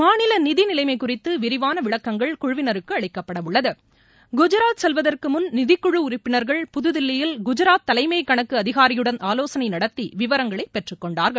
மாநில நிதி நிலைமை குறித்து விரிவான விளக்கங்கள் குழுவினருக்கு அளிக்கப்படவுள்ளது குஜராத் செல்வதற்கு முன் நிதிக்குழு உறுப்பினர்கள் புதுதில்லியில் குஜராத் தலைமை கணக்கு அதிகாரியுடன் ஆலோசனை நடத்தி விவரங்களை பெற்றுக் கொண்டார்கள்